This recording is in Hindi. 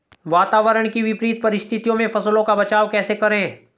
वातावरण की विपरीत परिस्थितियों में फसलों का बचाव कैसे करें?